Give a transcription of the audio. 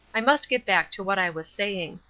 i must get back to what i was saying.